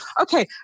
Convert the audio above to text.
Okay